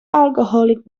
alcoholic